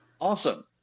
Awesome